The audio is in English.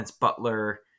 Butler –